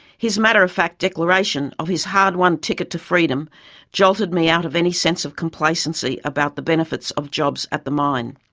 his matter of fact declaration of his hard won ticket to freedom jolted me out of any sense of complacency about the benefits of jobs at the mine.